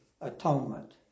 atonement